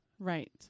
Right